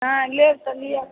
हँ लेब त लिअ